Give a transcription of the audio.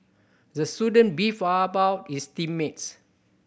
the student beefed about his team mates